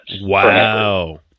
Wow